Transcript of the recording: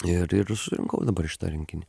ir ir surinkau dabar šitą rinkinį